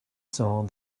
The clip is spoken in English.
saw